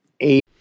eight